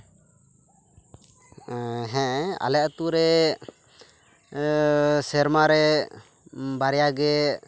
ᱦᱮᱸ ᱟᱞᱮ ᱟᱛᱳ ᱨᱮ ᱥᱮᱨᱢᱟ ᱨᱮ ᱵᱟᱨᱭᱟ ᱜᱮ